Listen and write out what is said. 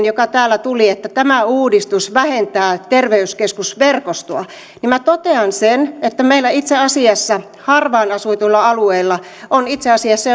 joka täällä tuli että tämä uudistus vähentää terveyskeskusverkostoa minä totean sen että meillä harvaan asutuilla alueilla on itse asiassa